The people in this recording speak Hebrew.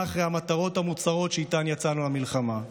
מאחורי המטרות המוצהרות שאיתן יצאנו למלחמה,